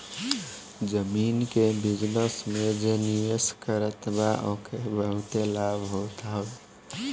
जमीन के बिजनस में जे निवेश करत बा ओके बहुते लाभ होत हवे